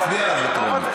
תצביע עליו בטרומית.